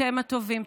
אתם הטובים.